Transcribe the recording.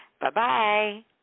Bye-bye